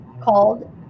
called